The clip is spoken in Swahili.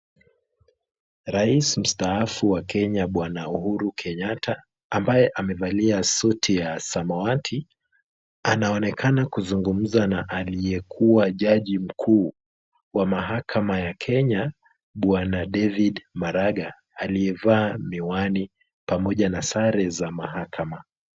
Rais mstaafu wa Kenya Bwana Uhuru Kenyatta ambaye amevalia suti ya samawati anaonekana kuzungumza na aliyekuwa Jaji mkuu wa mahakama ya Kenya Bwana David Maraga aliyevaa miwani pamoja na sare za mahakama.